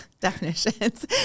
definitions